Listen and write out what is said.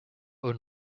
own